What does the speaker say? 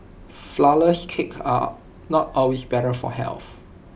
Flourless Cakes are not always better for health